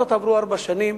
בכל זאת עברו ארבע שנים,